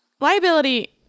Liability